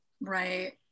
Right